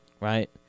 Right